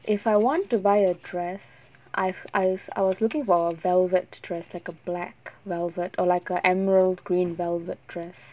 if I want to buy a dress I I've I was looking for a velvet dress like a black velvet or like a emerald green velvet dress